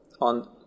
on